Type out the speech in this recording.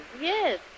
Yes